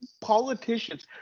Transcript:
politicians